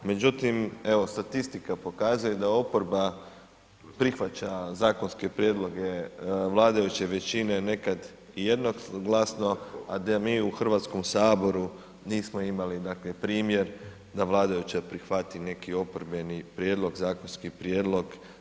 Međutim, evo statistika pokazuje da oporba prihvaća zakonske prijedloge vladajuće većine nekad i jednoglasno, a da mi u Hrvatskom saboru nismo imali dakle primjer da vladajuća prihvati neki oporbeni prijedlog, zakonski prijedlog.